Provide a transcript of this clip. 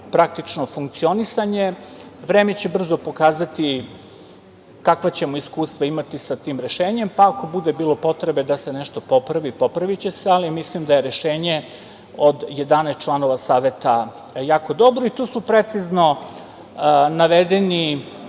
praktično funkcionisanje. Vreme će brzo pokazati kakva ćemo iskustva imati sa tim rešenjem, pa ako bude bilo potrebe da se nešto popravi, popraviće se, ali mislim da je rešenje od 11 članova Saveta jako dobro. Tu su precizno navedeni